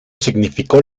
significó